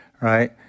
right